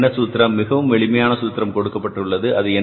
அதற்கு என்ன சூத்திரம் மிகவும் எளிமையான சூத்திரம் கொடுக்கப்பட்டுள்ளது